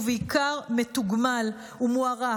ובעיקר מתוגמל ומוערך,